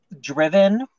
driven